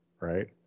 right